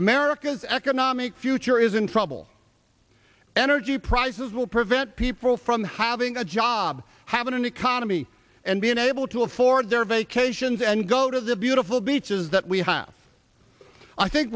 america's economic future is in trouble energy prices will prevent people from having a job having an economy and being able to afford their vacations and go to the beautiful beaches that we have i think